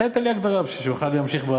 תן לי הגדרה בשביל שנוכל להמשיך,